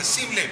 תשים לב.